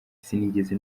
sinigeze